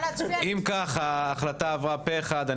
אם כך, ההחלטה עברה פה אחד.